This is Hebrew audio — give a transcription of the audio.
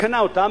קנה אותם,